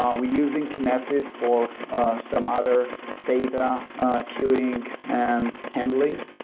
um we're using kinesis for some other data queuing and handling.